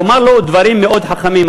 הוא אמר לו דברים מאוד חכמים.